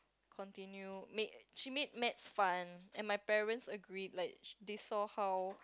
continue made she made maths fun and my parents agreed like they saw how